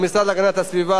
המשרד להגנת הסביבה,